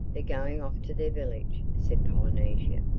they're going off to their village, said polynesia.